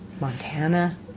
Montana